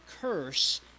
curse